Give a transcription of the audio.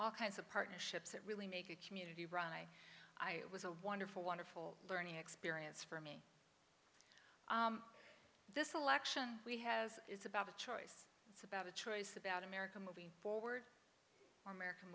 all kinds of partnerships that really make a community run i i it was a wonderful wonderful learning experience for me this election we has it's about a choice it's about a choice about america moving forward america